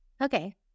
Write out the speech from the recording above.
Okay